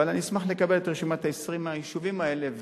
ואני אשמח לקבל את רשימת 20 היישובים האלה,